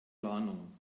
warnung